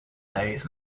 days